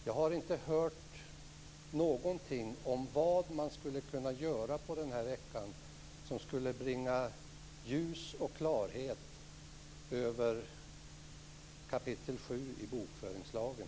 Jag har inte hört någonting om vad man skulle kunna göra under denna vecka som skulle bringa ljus och klarhet över kapitel 7 i bokföringslagen.